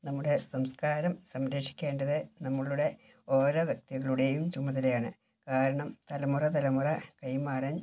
നമ്മുടെ സംസ്കാരം സംരക്ഷിക്കേണ്ടത് നമ്മളുടെ ഓരോ വ്യക്തികളുടെയും ചുമതലയാണ് കാരണം തലമുറ തലമുറ കൈമാറാൻ